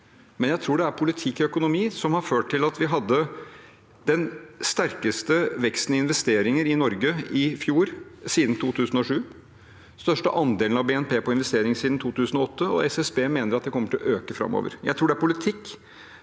men jeg tror det var politikk og økonomi som førte til at vi i fjor hadde den sterkeste veksten i investeringer i Norge siden 2007, den største andelen av BNP til inves teringer siden 2008, og SSB mener det kommer til å øke framover. Jeg tror det var politikk